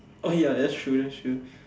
oh ya that's true that's true